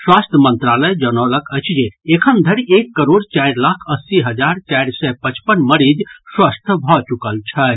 स्वास्थ्य मंत्रालय जनौलक अछि जे एखन धरि एक करोड़ चारि लाख अस्सी हजार चारि सय पचपन मरीज स्वस्थ्य भऽ चुकल छथि